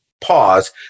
pause